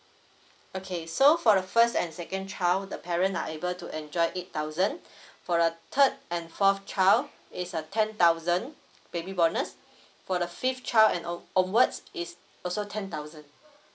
okay so for the first and second child the parent are able to enjoy eight thousand for a third and fourth child is err ten thousand baby bonus for the fifth child and on~ onwards is also ten thousand